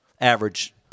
average